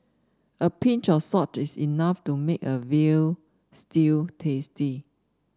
a pinch of salt is enough to make a veal stew tasty